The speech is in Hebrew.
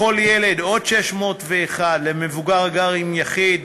לכל ילד, עוד 601, למבוגר הגר עם יחיד,